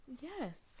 yes